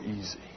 easy